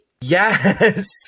Yes